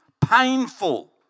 painful